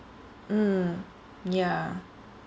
mm ya